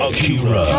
Akira